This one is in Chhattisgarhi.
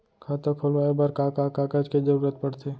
खाता खोलवाये बर का का कागज के जरूरत पड़थे?